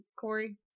Corey